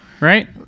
right